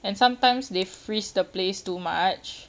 and sometimes they freeze the place too much